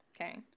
Okay